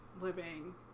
living